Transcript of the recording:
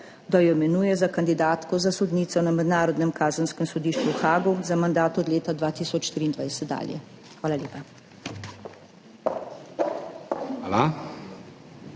da jo imenuje za kandidatko za sodnico na Mednarodnem kazenskem sodišču v Haagu za mandat od leta 2023 dalje. Hvala